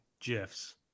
GIFs